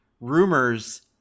rumors